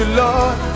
lord